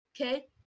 okay